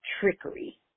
trickery